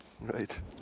Right